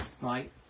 right